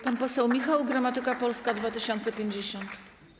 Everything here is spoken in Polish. Pan poseł Michał Gramatyka, Polska 2050.